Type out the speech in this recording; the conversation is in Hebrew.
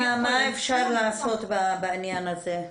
אז מה אפשר לעשות בעניין הזה?